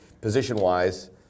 position-wise